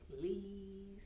please